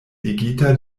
ligita